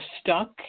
stuck